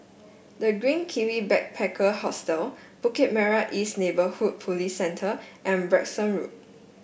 The Green Kiwi Backpacker Hostel Bukit Merah East Neighbourhood Police Centre and Branksome Road